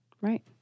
Right